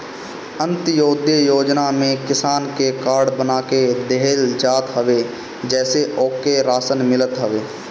अन्त्योदय योजना में किसान के कार्ड बना के देहल जात हवे जेसे ओके राशन मिलत हवे